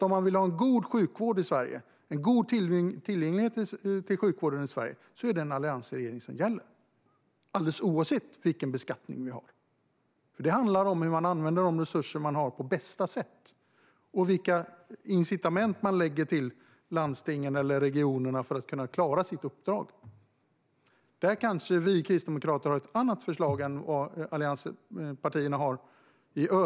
Om man vill ha en god sjukvård och god tillgänglighet i sjukvården i Sverige är det alltså en alliansregering som gäller, alldeles oavsett vilken beskattning vi har. Det handlar om att använda resurserna på bästa sätt och om vilka incitament man ger landstingen eller regionerna att klara sina uppdrag. Där har vi kristdemokrater kanske ett annat förslag än övriga allianspartier.